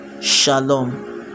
Shalom